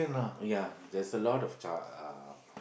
ya there's a lot of the uh